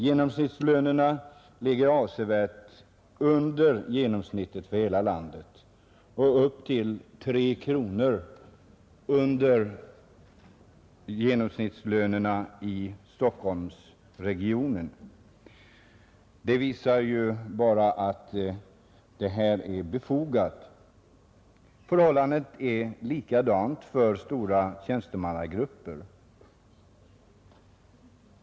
Genomsnittslönerna ligger avsevärt under genomsnittet för hela landet och upp till 3 kronor under genomsnittslönerna i Stockholmsregionen, Bara detta visar ju att motionärernas krav är befogat. Förhållandet är likartat för stora tjänstemannagrupper.